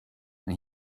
and